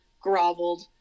groveled